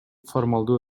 формалдуу